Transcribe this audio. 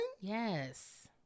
Yes